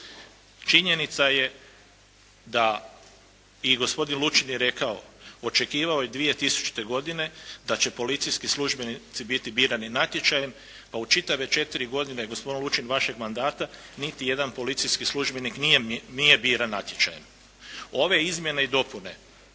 Činjenica je da, i gospodin Lučin je rekao, očekivao je 2000. godine da će policijski službenici biti birani natječajem, pa u čitave četiri godine, gospodine Lučin, vašeg mandata niti jedan policijski službenik nije biran natječajem. Ove Izmjene i dopune